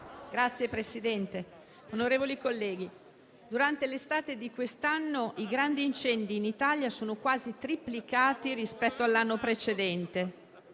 Signor Presidente, onorevoli colleghi, durante l'estate di quest'anno i grandi incendi in Italia sono quasi triplicati rispetto all'anno precedente.